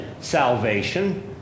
salvation